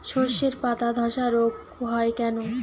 শর্ষের পাতাধসা রোগ হয় কেন?